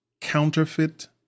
Counterfeit